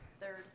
third